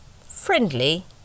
friendly